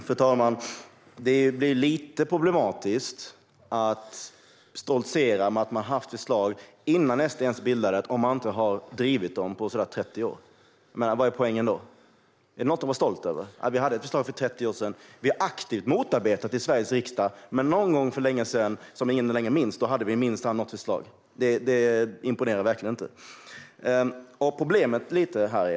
Fru talman! Det är lite problematiskt att stoltsera med att man hade förslag innan SD ens bildades om man inte har drivit dem på 30 år. Vad är poängen med det? Är det något att vara stolt över att man hade förslag för 30 år sedan? Ni har ju aktivt motarbetat dem i Sveriges riksdag. Att ni någon gång för så länge sedan att ingen minns det hade sådana förslag imponerar verkligen inte.